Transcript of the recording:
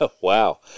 wow